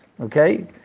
okay